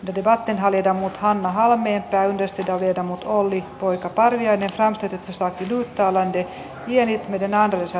debatten hallita mut hanna halmeen käynnisti tarjota mutta oli poika partioidessaan syytetty saati jutta lähde lienee miten naantalissa